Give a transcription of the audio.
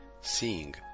seeing